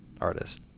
artist